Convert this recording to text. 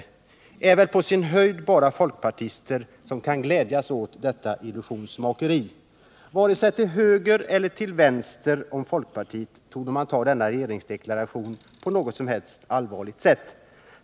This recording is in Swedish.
Det är väl på sin höjd folkpartister som kan glädjas åt detta illusionsnummer. Varken till höger eller till vänster om folkpartiet torde man ta denna regeringsdeklaration på allvar.